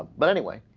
but anyway